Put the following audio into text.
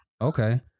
Okay